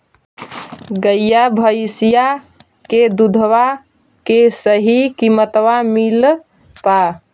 गईया भैसिया के दूधबा के सही किमतबा मिल पा?